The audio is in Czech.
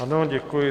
Ano, děkuji.